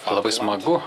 labai smagu